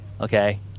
Okay